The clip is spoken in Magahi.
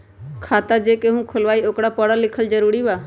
खाता जे केहु खुलवाई ओकरा परल लिखल जरूरी वा?